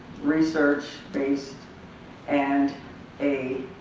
research-based, and a